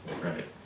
Right